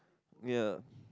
ya